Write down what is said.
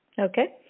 Okay